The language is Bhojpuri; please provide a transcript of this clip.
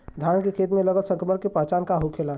धान के खेत मे लगल संक्रमण के पहचान का होखेला?